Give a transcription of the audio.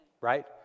right